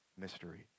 mystery